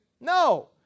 No